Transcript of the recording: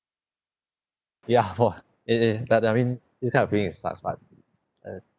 ya for it it that I mean this kind of feeling is sucks but uh